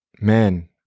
man